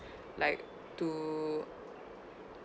like to